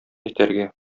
итәргә